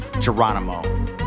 geronimo